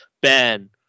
Ben